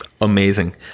amazing